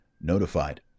notified